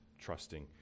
trusting